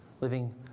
living